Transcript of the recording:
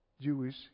Jewish